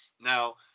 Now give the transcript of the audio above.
Now